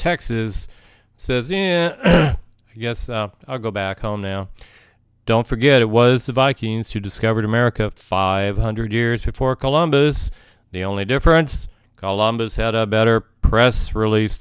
a yes i'll go back home now don't forget it was the vikings who discovered america five hundred years before columbus the only difference column has had a better press release